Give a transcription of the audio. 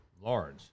Large